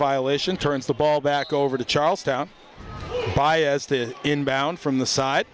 violation turns the ball back over to charlestown baez the inbound from the side